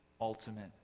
ultimate